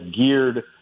geared